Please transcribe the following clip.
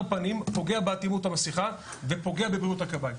פנים פוגע באטימות המסיכה ופוגע בבריאות הכבאים.